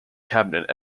cabinet